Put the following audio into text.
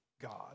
God